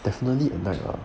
definitely a night 了